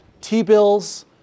T-bills